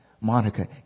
Monica